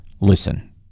Listen